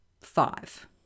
five